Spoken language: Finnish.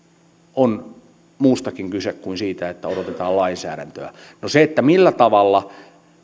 on muustakin kyse kuin siitä että odotetaan lainsäädäntöä no millä tavalla